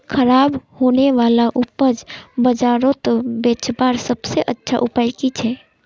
ख़राब होने वाला उपज बजारोत बेचावार सबसे अच्छा उपाय कि छे?